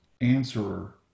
answerer